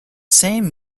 same